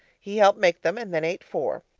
he helped make them and then ate four.